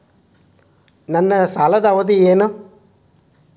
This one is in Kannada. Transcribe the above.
ನನ್ನ ಸಾಲದ ಅವಧಿ ಏನು?